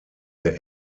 der